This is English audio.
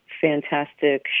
fantastic